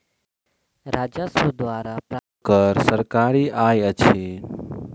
राजस्व द्वारा प्राप्त कर सरकारी आय अछि